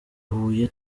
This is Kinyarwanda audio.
huye